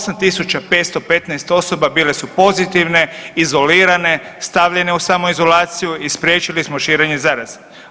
8.515 osoba bile su pozitivne, izolirane, stavljene u samoizolaciju i spriječili smo širenje zaraze.